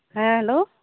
ᱦᱮᱸ ᱦᱮᱞᱳ